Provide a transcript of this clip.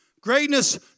Greatness